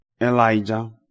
Elijah